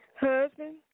Husband